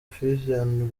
fission